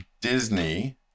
disney